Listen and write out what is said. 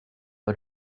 pas